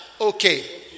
Okay